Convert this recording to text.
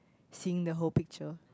seeing the whole picture